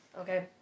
Okay